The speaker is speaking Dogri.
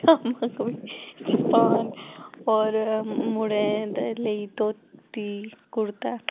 पजामा कमीज पाह्न होर मुड़ें दे लेई धोती कुर्ता